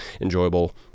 enjoyable